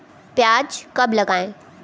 प्याज कब लगाएँ?